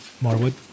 Marwood